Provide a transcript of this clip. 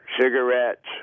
cigarettes